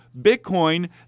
Bitcoin